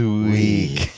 week